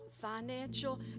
financial